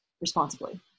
responsibly